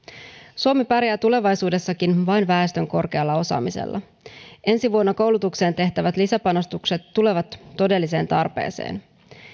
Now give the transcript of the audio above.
suomi pärjää tulevaisuudessakin vain väestön korkealla osaamisella ensi vuonna koulutukseen tehtävät lisäpanostukset tulevat todelliseen tarpeeseen